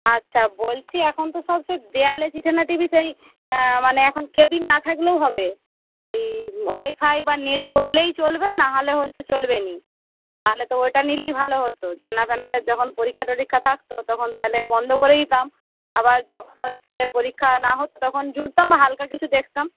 আচ্ছা বলছি এখন তো সব সে দেওয়ালে চিটানো টিভি সেই হ্যাঁ মানে এখন কেবিল না থাকলেও হবে ওই ওয়াইফাই বা নেট ভরলেই চলবে নাহলে হচ্ছে চলবে নি তাহলে তো ওটা নিলেই ভালো হতো ছানাপানাদের যখন পরীক্ষা টরীক্ষা থাকতো তখন তাহলে বন্ধ করেই দিতাম আবার যখন হচ্ছে পরীক্ষা না হতো তখন জুড়তাম হালকা কিছু দেখতাম